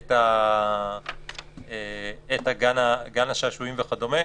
את גן השעשועים וכדומה?